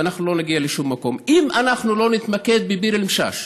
ואנחנו לא נגיע לשום מקום אם אנחנו לא נתמקד בביר אל-משאש,